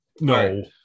no